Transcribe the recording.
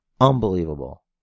Unbelievable